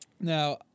now